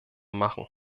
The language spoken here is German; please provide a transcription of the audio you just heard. machen